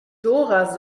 dora